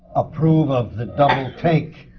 approve of the double-take.